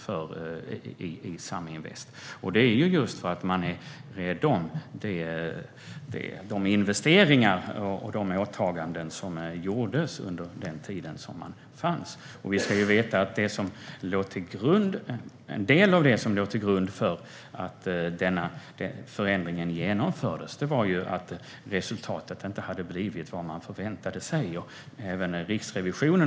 Anledningen till detta är just att man är rädd om de investeringar och åtaganden som har gjorts. En del av det som låg till grund för att denna förändring genomfördes var att resultatet inte blev vad man hade förväntat sig.